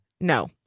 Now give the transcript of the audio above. No